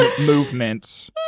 movement